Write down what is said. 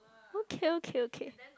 okay okay okay